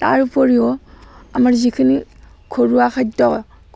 তাৰ উপৰিও আমাৰ যিখিনি ঘৰুৱা খাদ্য